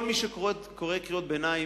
כל מי שקורא קריאות ביניים,